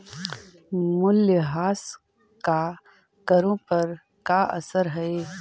मूल्यह्रास का करों पर का असर हई